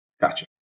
gotcha